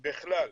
בכלל,